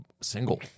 single